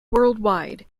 worldwide